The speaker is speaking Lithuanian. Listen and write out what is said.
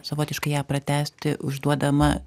savotiškai ją pratęsti užduodama